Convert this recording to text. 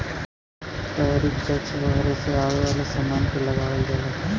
tariff tax बहरे से आये वाले समान पे लगावल जाला